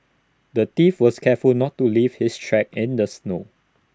the thief was careful not to leave his tracks in the snow